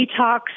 detox